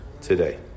today